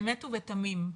באמת ובתמים,